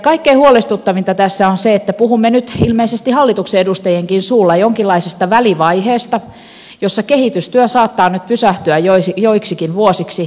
kaikkein huolestuttavinta tässä on se että puhumme nyt ilmeisesti hallituksen edustajienkin suulla jonkinlaisesta välivaiheesta jossa kehitystyö saattaa nyt pysähtyä joiksikin vuosiksi